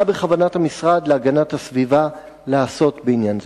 מה בכוונת המשרד להגנת הסביבה לעשות בעניין זה?